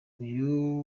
uyu